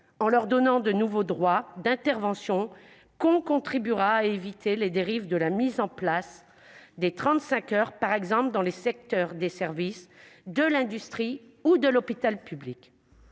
en leur donnant de nouveaux droits d'intervention, que l'on contribuera à éviter les dérives de la mise en place des 35 heures, par exemple dans les secteurs des services et de l'industrie ou à l'hôpital public.